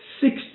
Six